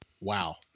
wow